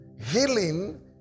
Healing